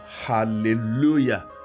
Hallelujah